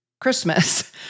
Christmas